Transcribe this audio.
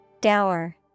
Dower